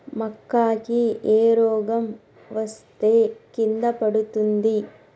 మక్కా కి ఏ రోగం వస్తే కింద పడుతుంది?